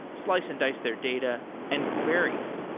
slice and dice their data and query it.